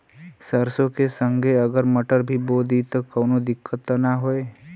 सरसो के संगे अगर मटर भी बो दी त कवनो दिक्कत त ना होय?